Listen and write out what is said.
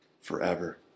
forever